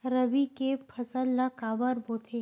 रबी के फसल ला काबर बोथे?